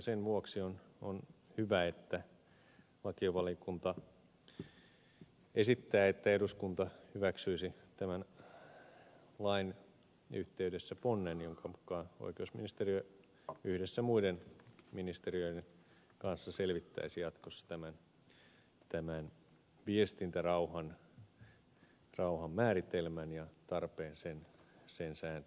sen vuoksi on hyvä että lakivaliokunta esittää että eduskunta hyväksyisi tämän lain yhteydessä ponnen jonka mukaan oikeusministeriö yhdessä muiden ministeriöiden kanssa selvittäisi jatkossa tämän viestintärauhan määritelmän ja tarpeen sen se